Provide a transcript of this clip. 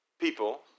people